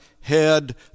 head